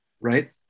right